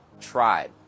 TRIBE